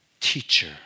teacher